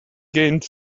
gained